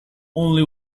only